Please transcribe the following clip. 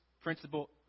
principle